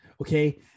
Okay